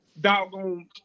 doggone